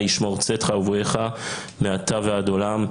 ה' ישמור צאתך ובואך מעתה ועד עולם".